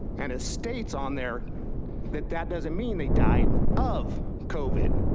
and it states on there that that doesn't mean they died of covid.